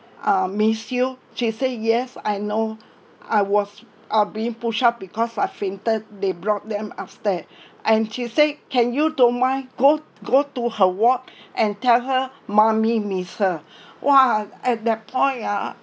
uh miss you she say yes I know I was I being pushed up because I fainted they brought them upstair and she say can you don't mind go go to her ward and tell her mummy miss her !wah! at that point ah